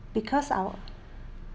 because our